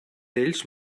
ells